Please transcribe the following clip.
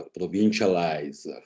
provincialize